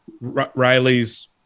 Riley's